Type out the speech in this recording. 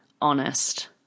honest